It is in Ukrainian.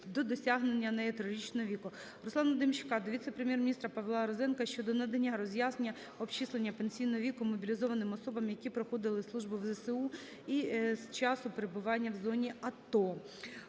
до досягнення нею трирічного віку. Руслана Демчака до віце-прем'єр-міністра Павла Розенка щодо надання роз'яснення обчислення пенсійного віку мобілізованим особам, які проходили службу в ЗСУ і часу перебування в зоні АТО.